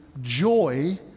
joy